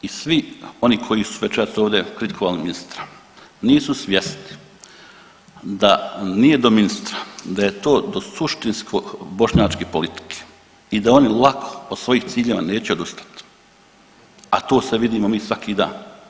I svi oni koji su večeras ovdje kritikovali ministra nisu svjesni da nije do ministra, da je to do suštinsko bošnjačke politike i da oni lako od svojih ciljeva neće odustati, a to se vidimo mi svaki dan.